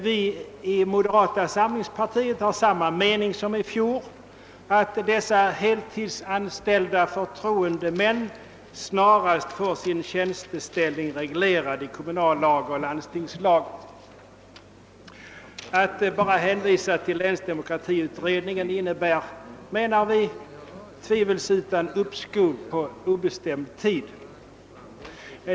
Vi i moderata samlingspartiet har samma mening som i fjol, nämligen att dessa heltidsanställda förtroendemän snarast bör få sin tjänsteställning reglerad i kommunallag och landstingslag. Att bara hänvisa till länsdemokratiutredningen innebär, menar vi, tvivelsutan uppskov på obestämd tid.